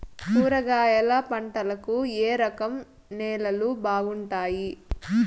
కూరగాయల పంటలకు ఏ రకం నేలలు బాగుంటాయి?